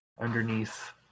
underneath